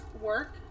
work